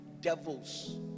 devils